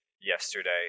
yesterday